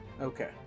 Okay